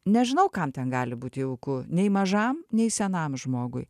nežinau kam ten gali būt jauku nei mažam nei senam žmogui